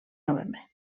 novembre